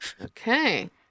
Okay